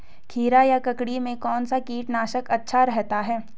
खीरा या ककड़ी में कौन सा कीटनाशक अच्छा रहता है?